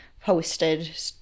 posted